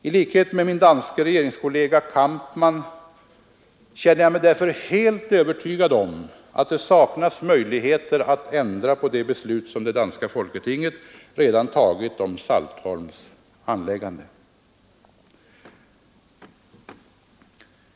I likhet med min danske regeringskollega Jens Kampmann känner jag mig därför helt överygad om att det saknas möjligheter att ändra på det beslut som det danska folketinget redan fattat om Saltholms anläggande.